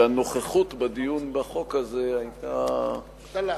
שהנוכחות בדיון בחוק הזה היתה, דלה.